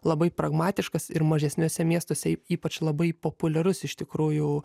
labai pragmatiškas ir mažesniuose miestuose ypač labai populiarus iš tikrųjų